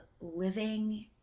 living